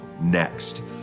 next